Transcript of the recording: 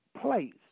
place